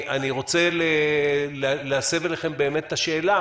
אני רוצה להסב אליכם את השאלה,